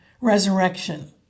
resurrection